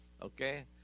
okay